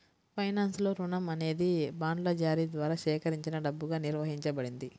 ఫైనాన్స్లో, రుణం అనేది బాండ్ల జారీ ద్వారా సేకరించిన డబ్బుగా నిర్వచించబడింది